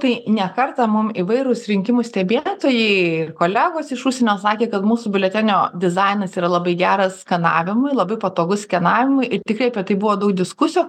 tai ne kartą mum įvairūs rinkimų stebėtojai ir kolegos iš užsienio sakė kad mūsų biuletenio dizainas yra labai geras skanavimui labai patogus skenavimui ir tikrai apie tai buvo daug diskusijų